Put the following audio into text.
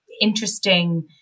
interesting